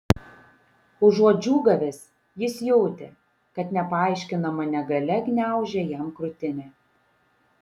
užuot džiūgavęs jis jautė kad nepaaiškinama negalia gniaužia jam krūtinę